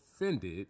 offended